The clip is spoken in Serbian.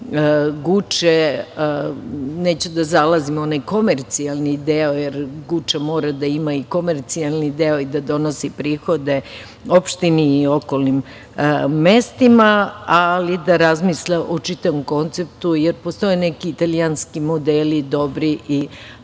Guče. Neću da zalazim u onaj komercijalni deo, jer Guča mora da ima komercijalni deo i da donosi prihode opštini i okolnim mestima, ali da razmisle o čitavom konceptu, jer postoje neki italijanski modeli koji